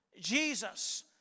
Jesus